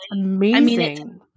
amazing